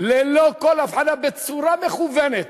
ללא כל הבחנה, בצורה מכוונת